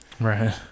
Right